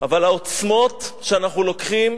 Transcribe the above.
אבל העוצמות שאנחנו לוקחים